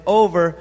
over